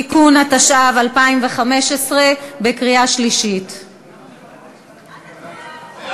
(תיקון), התשע"ו 2016. חוק